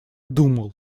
думал